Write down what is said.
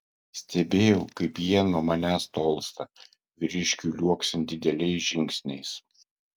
stebėjau kaip jie nuo manęs tolsta vyriškiui liuoksint dideliais žingsniais